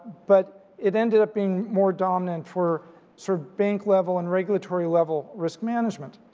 but it ended up being more dominant for sort of bank level and regulatory level risk management.